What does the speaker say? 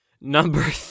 number